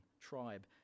tribe